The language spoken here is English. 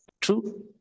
true